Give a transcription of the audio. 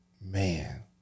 Man